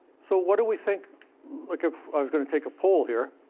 so what do we think like if i was gonna take a poll here,